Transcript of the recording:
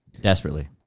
desperately